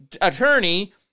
Attorney